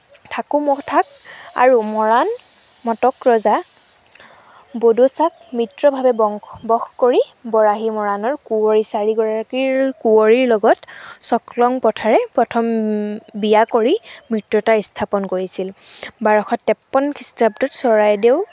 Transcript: থাকুমথাক আৰু মৰাণ মটক ৰজা বদৌচাক মিত্ৰভাৱে বংশ্ বশ কৰি বৰাহী মৰাণৰ কুঁৱৰী চাৰিগৰাকী কুঁৱৰীৰ লগত চকলং প্ৰথাৰে প্ৰথম বিয়া কৰি মিত্ৰতা স্থাপন কৰিছিল বাৰশ তেপ্পন্ন খৃষ্টাব্দত চৰাইদেউ